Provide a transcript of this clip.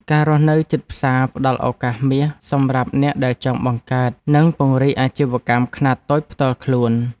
ការរស់នៅជិតផ្សារផ្តល់ឱកាសមាសសម្រាប់អ្នកដែលចង់បង្កើតនិងពង្រីកអាជីវកម្មខ្នាតតូចផ្ទាល់ខ្លួន។